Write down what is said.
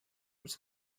was